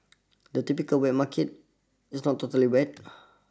a typical wet market is not totally wet